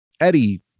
eddie